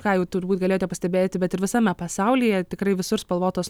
ką jau turbūt galėjote pastebėti bet ir visame pasaulyje tikrai visur spalvotos